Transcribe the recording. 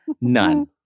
None